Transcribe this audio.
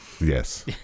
Yes